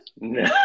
No